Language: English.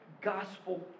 gospel